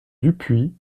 dupuis